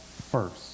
first